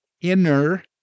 inner